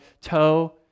toe